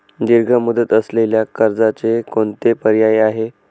दीर्घ मुदत असलेल्या कर्जाचे कोणते पर्याय आहे?